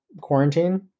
quarantine